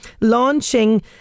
launching